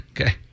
Okay